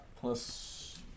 plus